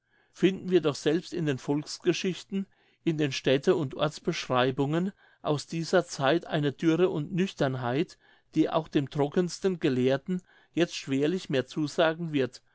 finden wir doch selbst in den volksgeschichten in den städte und ortsbeschreibungen aus dieser zeit eine dürre und nüchternheit die auch dem trockensten gelehrten jetzt schwerlich mehr zusagen wird